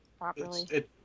properly